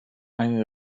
eine